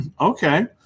Okay